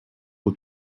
aux